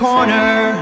corner